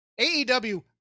AEW